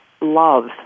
love